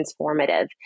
transformative